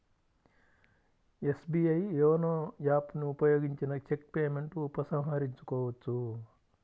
SBI YONO app ను ఉపయోగించిన cheque payment ఉపసంహరించుకోవచ్చు